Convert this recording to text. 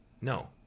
No